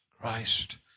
Christ